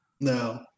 no